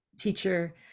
teacher